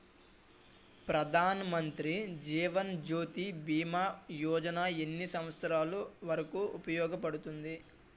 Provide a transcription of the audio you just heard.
ప్రధాన్ మంత్రి జీవన్ జ్యోతి భీమా యోజన ఎన్ని సంవత్సారాలు వరకు ఉపయోగపడుతుంది?